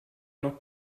noch